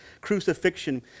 crucifixion